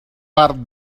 part